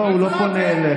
לא, הוא לא פונה אליך.